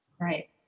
Right